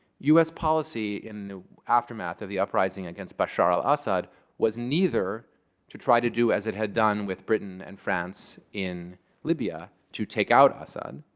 us policy in the aftermath of the uprising against bashar al-assad was neither to try to do as it had done with britain and france in libya, to take out assad.